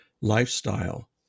lifestyle